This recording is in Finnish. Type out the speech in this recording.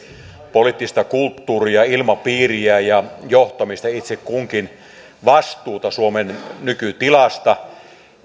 poliittista kulttuuria ilmapiiriä ja johtamista itse kunkin vastuuta suomen nykytilasta